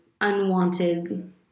unwanted